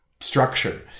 structure